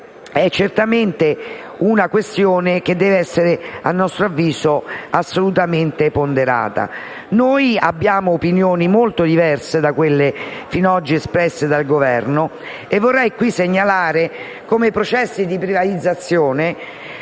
rappresenta una questione che deve essere assolutamente ponderata. Noi abbiamo opinioni molto diverse da quelle fino ad oggi espresse dal Governo: vorrei segnalare che i processi di privatizzazione,